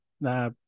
Nah